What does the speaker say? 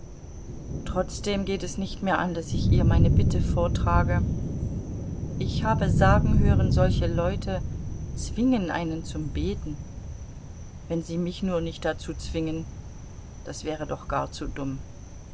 trotzdem geht es nicht mehr an daß ich ihr meine bitte vortrage ich habe sagen hören solche leute zwingen einen zum beten wenn sie mich nur nicht dazu zwingen das wäre doch gar zu dumm